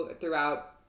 throughout